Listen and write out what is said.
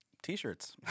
T-shirts